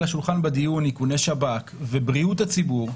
השולחן בדיון איכוני שב"כ ובריאות הציבור,